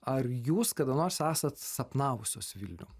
ar jūs kada nors esat sapnavusios vilnių